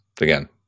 again